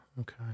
okay